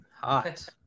hot